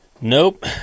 Nope